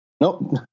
Nope